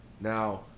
Now